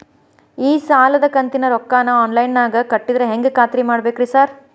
ಈ ಸಾಲದ ಕಂತಿನ ರೊಕ್ಕನಾ ಆನ್ಲೈನ್ ನಾಗ ಕಟ್ಟಿದ್ರ ಹೆಂಗ್ ಖಾತ್ರಿ ಮಾಡ್ಬೇಕ್ರಿ ಸಾರ್?